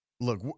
Look